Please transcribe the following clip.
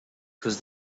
and